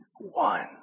one